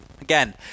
again